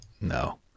no